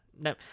no